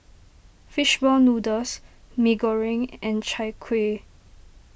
Fish Ball Noodles Mee Goreng and Chai Kuih